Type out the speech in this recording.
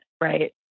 right